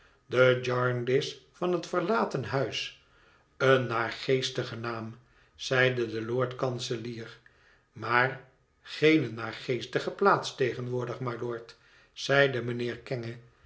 de jarndyce van het verlaten huis een naargeestige naam zeide de lord-kanselier maar geene naargeestige plaats tegenwoordig mylord zeide mijnheer kenge